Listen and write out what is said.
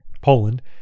Poland